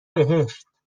بهشت